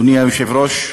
אדוני היושב-ראש,